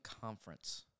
conference